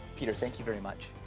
peter, thank you very much.